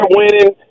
winning